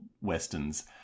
westerns